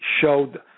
showed